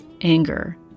anger